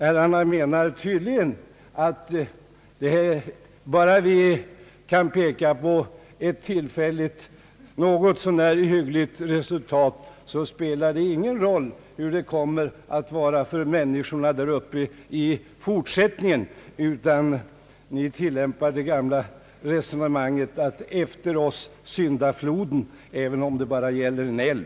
Herrarna menar tydligen att bara man kan peka på ett tillfälligt något så när hyggligt resultat, spelar det ingen roll hur det kommer att bli för människorna uppe i dessa trakter i fortsättningen. Ni tillämpar det gamla resonemanget: »Efter oss syndafloden» — även om det bara gäller en älv.